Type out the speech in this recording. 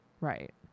Right